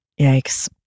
yikes